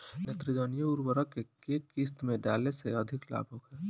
नेत्रजनीय उर्वरक के केय किस्त में डाले से अधिक लाभ होखे?